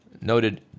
Noted